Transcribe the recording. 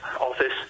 Office